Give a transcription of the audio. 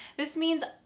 this means,